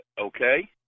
Okay